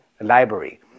library